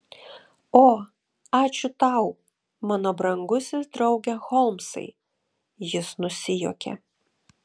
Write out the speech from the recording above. o ačiū tau mano brangusis drauge holmsai jis nusijuokė